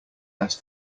less